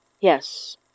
yes